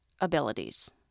abilities